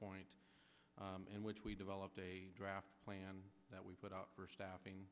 point in which we developed a draft plan that we put out for staffing